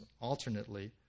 alternately